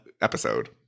episode